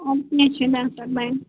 اَدٕ کیٚنٛہہ چھُنہٕ تَمہِ ساتہٕ بَنہِ